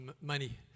money